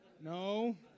No